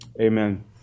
Amen